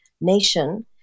nation